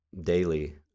daily